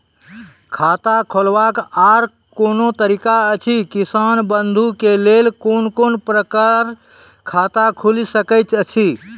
खाता खोलवाक आर कूनू तरीका ऐछि, किसान बंधु के लेल कून कून प्रकारक खाता खूलि सकैत ऐछि?